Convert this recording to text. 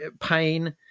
pain